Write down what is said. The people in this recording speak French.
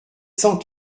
cent